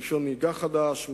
רשיון נהיגה חדש,